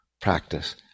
Practice